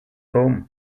home